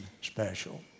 special